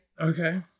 Okay